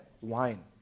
wine